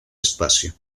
espacio